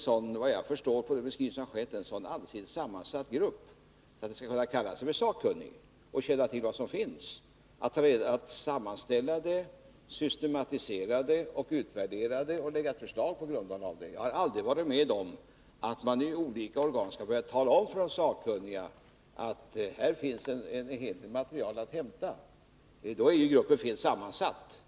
Såvitt jag förstår av den beskrivning som givits är det ju en så allsidigt sammansatt grupp att den skall den ska kunna kalla sig sakkunnig och känna till vad som finns, sammanställa det, systematisera det och utvärdera det samt lägga fram förslag på grundval av det. Jag har aldrig varit med om att man i olika organ har talat om för sakkunniga att ”här finns det en hel del material att hämta”. Då är gruppen fel sammansatt.